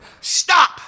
Stop